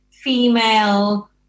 female